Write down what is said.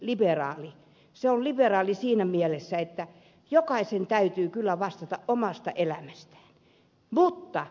se on liberaali siinä mielessä että jokaisen täytyy kyllä vastata omasta elämästään